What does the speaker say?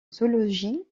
zoologie